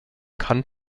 kant